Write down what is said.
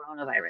coronavirus